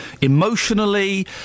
emotionally